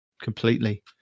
completely